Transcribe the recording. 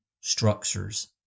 structures